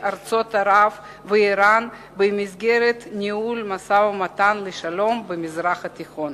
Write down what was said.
ארצות ערב ואירן במסגרת ניהול משא-ומתן לשלום במזרח התיכון.